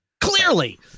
clearly